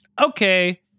Okay